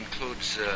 includes